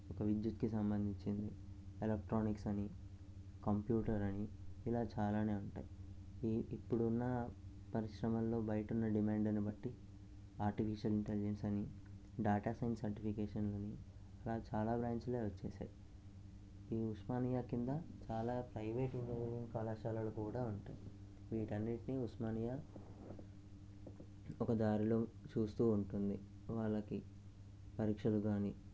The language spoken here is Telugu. ఒక విద్యుత్కి సంబంధించినది ఎలక్ట్రానిక్స్ అని కంప్యూటర్ అని ఇలా చాలా ఉంటాయి ఈ ఇప్పుడున్న పరిశ్రమల్లో బయట ఉన్న డిమాండ్ను బట్టి ఆర్టిఫిషియల్ ఇంటెలిజెన్స్ అని డేటా సైన్స్ సర్టిఫికేషన్ అని ఇలా చాలా బ్రాంచులు వచ్చేసాయి ఈ ఉస్మానియా కింద చాలా ప్రైవేట్ ఇంజనీరింగ్ కళాశాలలు కూడా ఉంటాయి వీటన్నింటిని ఉస్మానియా ఒక దారిలో చూస్తు ఉంటుంది వాళ్ళకి పరీక్షలు కానీ